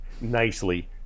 nicely